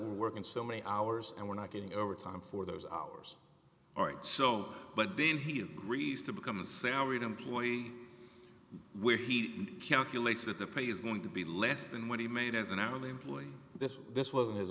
mother working so many hours and were not getting overtime for those hours or so but then he agrees to become a salaried employee we're he calculates that the pay is going to be less than what he made as an hourly employee this this wasn't